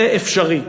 זה אפשרי,